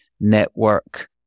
network